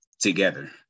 together